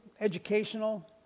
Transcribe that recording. educational